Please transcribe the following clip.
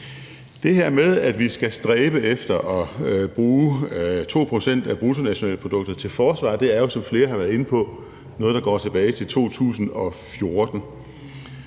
Det her med, at vi skal stræbe efter at bruge 2 pct. af bruttonationalproduktet til forsvaret, er jo, som flere har været inde på, noget, der går tilbage til 2014,